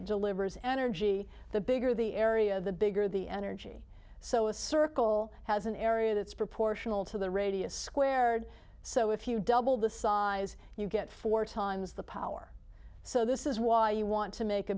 it delivers energy the bigger the area the bigger the energy so a circle has an area that's proportional to the radius squared so if you double the size you get four times the power so this is why you want to make a